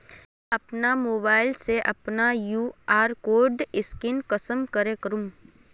अपना मोबाईल से अपना कियु.आर कोड स्कैन कुंसम करे करूम?